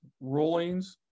rulings